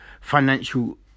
financial